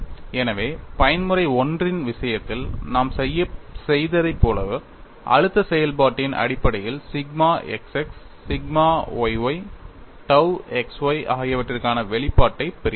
எனவே பயன்முறை I இன் விஷயத்தில் நாம் செய்ததைப் போல அழுத்த செயல்பாட்டின் அடிப்படையில் sigma x x sigma y y tau x y ஆகியவற்றுக்கான வெளிப்பாட்டைப் பெறுகிறோம்